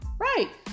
Right